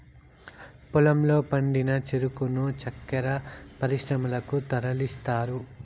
పొలంలో పండిన చెరుకును చక్కర పరిశ్రమలకు తరలిస్తారు